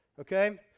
Okay